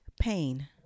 pain